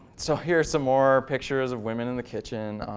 so here so more pictures of women in the kitchen.